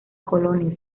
colonia